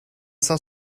cent